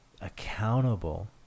accountable